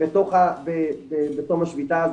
בתום השביתה.